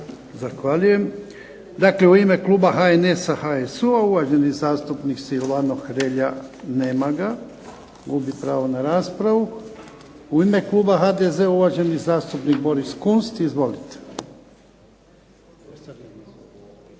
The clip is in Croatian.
Zahvaljujem. Dakle, u ime kluba HNS-a, HSU-a uvaženi zastupnik Silvano Hrelja. Nema ga. Gubi pravo na raspravu. U ime kluba HDZ-a uvaženi zastupnik Boris Kunst. Izvolite.